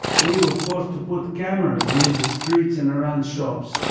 we were forced to put cameras near the streets and around shops,